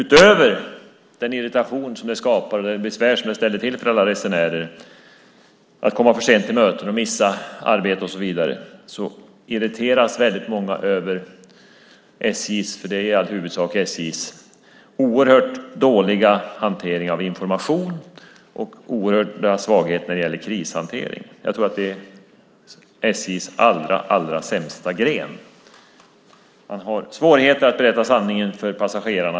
Utöver den irritation det skapar och det besvär det förorsakar resenärerna - att komma för sent till möten, missa arbetet och så vidare - irriteras många över SJ:s, för det handlar i huvudsak om SJ, oerhört dåliga hantering av information och oerhörda svaghet när det gäller krishantering. Jag tror att det är SJ:s allra sämsta gren. Man har svårigheter att berätta sanningen för passagerarna.